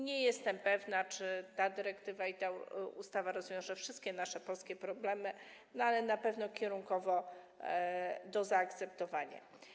Nie jestem pewna, czy ta dyrektywa i ta ustawa rozwiążą wszystkie nasze polskie problemy, ale na pewno kierunkowo jest to do zaakceptowania.